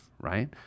right